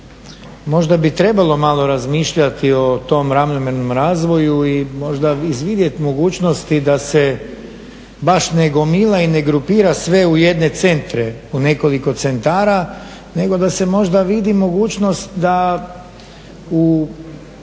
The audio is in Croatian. možda bi trebalo malo razmišljati o tom ravnomjernom razvoju i možda izvidjeti mogućnosti da se baš ne gomila i ne grupira sve u jedne centre, u nekoliko centara nego da se možda vidi mogućnost da u